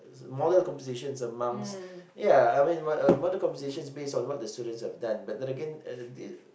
model compositions amongst ya I mean uh model compositions based on what the students have done but then again uh the